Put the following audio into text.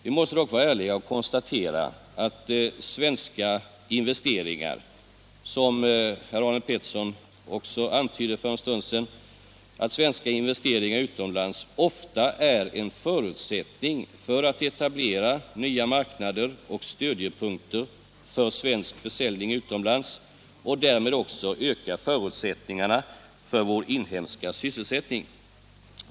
Vi måste dock vara ärliga och konstatera att svenska investeringar utomlands, som herr Pettersson i Malmö för en stund sedan påpekade, ofta är en förutsättning för att etablera nya marknader och stödjepunkter för svensk försäljning utomlands och därmed också öka förutsättningarna för vår inhemska sysselsättning.